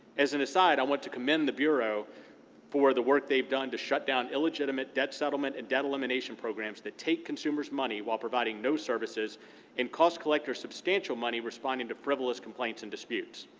as an aside, i want to commend the bureau for the work they've done to shut down illegitimate debt settlement and debt elimination programs that take consumers' money will providing no services and cost collectors substantial money responding to frivolous complaints and disputes.